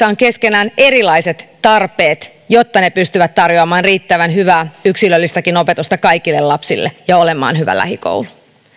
on keskenään erilaiset tarpeet jotta ne pystyvät tarjoamaan riittävän hyvää yksilöllistäkin opetusta kaikille lapsille ja olemaan hyvä lähikoulu